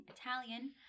Italian